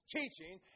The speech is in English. teaching